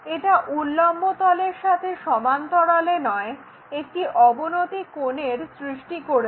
এটা উল্লম্ব তলের সাথে সমান্তরালে নয় একটি অবনতি কোণের সৃষ্টি করছে